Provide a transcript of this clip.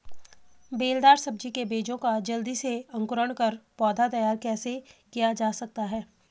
बेलदार सब्जी के बीजों का जल्दी से अंकुरण कर पौधा तैयार कैसे किया जा सकता है?